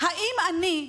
האם אני,